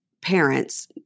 parents